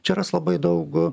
čia ras labai daug